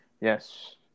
Yes